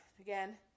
again